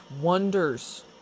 wonders